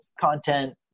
content